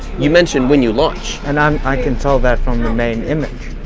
you mentioned when you launch and um i can tell that from your main image.